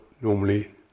normally